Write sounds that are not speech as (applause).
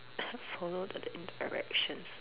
(coughs) followed the in directions